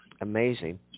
Amazing